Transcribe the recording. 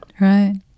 Right